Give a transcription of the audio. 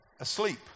Asleep